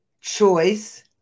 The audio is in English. choice